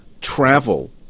travel